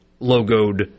logoed